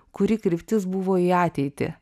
kuri kryptis buvo į ateitį